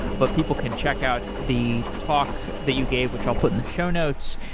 but people can check out the talk that you gave which i'll put in the show notes.